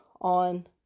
on